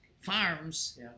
farms